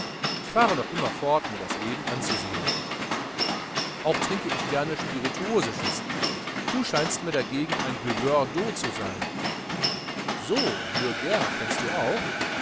ich fahre noch immer fort mir das leben anzusehen auch trinke ich gerne spirituosisches du scheinst mir dagegen ein buveur d'eau zu sein so mürger kennst du auch